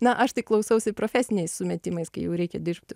na aš tai klausausi profesiniais sumetimais kai jau reikia dirbti